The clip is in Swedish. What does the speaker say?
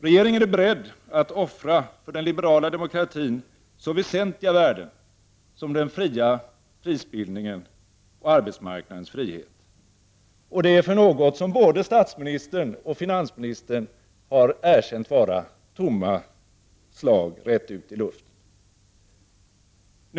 Regeringen är beredd att offra för den liberala demokratin så väsentliga värden som den fria prisbildningen och arbetsmarknadens frihet, och det för något som både statsministern och finansministern har erkänt vara tomma slag rätt ut i luften.